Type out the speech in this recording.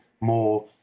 more